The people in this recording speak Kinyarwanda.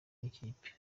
n’ikipe